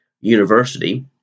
University